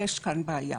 יש כאן בעיה,